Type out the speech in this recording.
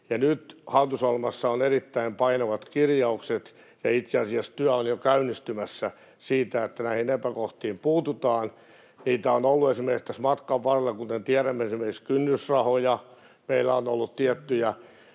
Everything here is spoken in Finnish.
Nyt hallitusohjelmassa on erittäin painavat kirjaukset, ja itse asiassa työ on jo käynnistymässä siitä, että näihin epäkohtiin puututaan. Niitä on ollut tässä matkan varrella, kuten tiedämme, esimerkiksi kynnysrahoja. Meillä on ollut tiettyjä